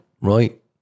right